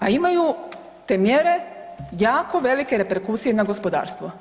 A imaju te mjere jako velike reprekusije na gospodarstvu.